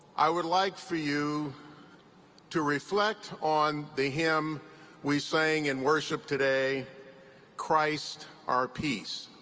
i would like for you to reflect on the hymn we sang in worship today christ our peace.